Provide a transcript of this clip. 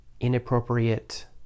inappropriate